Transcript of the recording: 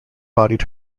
bodied